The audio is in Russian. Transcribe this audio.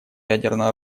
ядерно